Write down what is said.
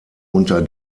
unter